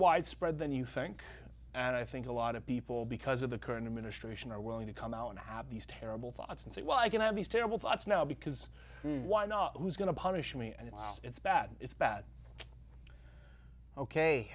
widespread than you think and i think a lot of people because of the current administration are willing to come out and have these terrible thoughts and say well i can have these terrible thoughts now because i know who's going to punish me and it's it's bad it's bad ok